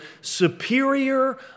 superior